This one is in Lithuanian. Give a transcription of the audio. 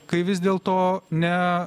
kai vis dėl to ne